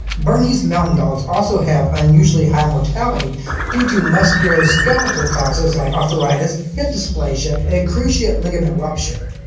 bernese mountain dogs also have unusually high mortality due to musculoskeletal causes like arthritis, hip dysplasia, and cruciate ligament rupture.